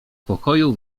pokoju